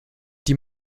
die